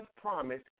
promise